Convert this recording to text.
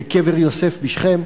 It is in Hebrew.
בקבר יוסף בשכם.